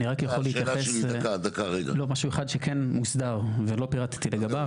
אני רק אתייחס למשהו אחד שכן מוסדר ולא פירטתי לגביו.